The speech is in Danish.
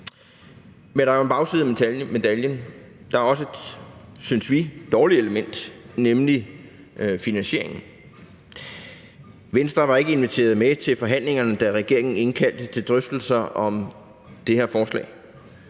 Men der er jo en bagside af medaljen. Der er også et, synes vi, dårligt element, nemlig finansieringen. Venstre var ikke inviteret med til forhandlingerne, da regeringen indkaldte til drøftelser om det her forslag.